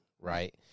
right